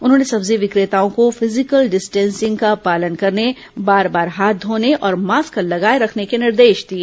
उन्होंने सब्जी विक्रेताओं को फिजिटल डिस्टेंसिंग का पालन करने बार बार हाथ धोने और मास्क लगाए रखने के निर्देश दिए